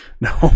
No